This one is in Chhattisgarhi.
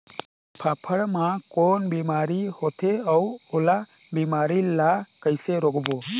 फाफण मा कौन बीमारी होथे अउ ओला बीमारी ला कइसे रोकबो?